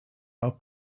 are